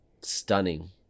stunning